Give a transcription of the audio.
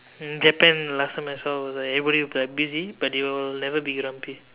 in Japan last time I saw was like everyone will be like busy but they will never be grumpy